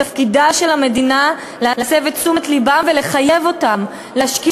תפקידה של המדינה להסב את תשומת לבם ולחייב אותם להשקיע